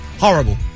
Horrible